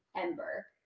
Ember